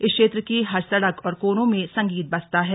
इस क्षेत्र की हर सड़क और कोनों में संगीत बसता है